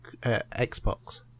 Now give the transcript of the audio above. Xbox